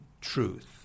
truth